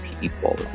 people